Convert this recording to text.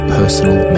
personal